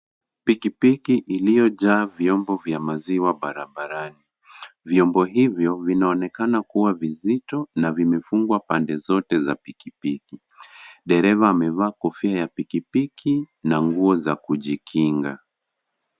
Pikipiki iliyojaa viombo vya maziwa barabarani, viombo hivyo vinaonekana kuwa vizito na vimefungwa pande zote vya pikipiki. Dereva amevaa kofia ya pikipiki na nguo za kujikinga.